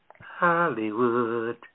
Hollywood